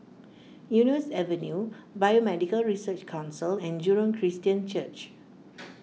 Eunos Avenue Biomedical Research Council and Jurong Christian Church